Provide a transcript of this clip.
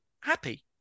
happy